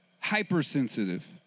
hypersensitive